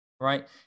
Right